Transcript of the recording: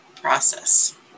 process